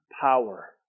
power